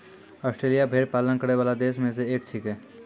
Australia भेड़ पालन करै वाला देश म सें एक छिकै